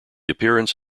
appearance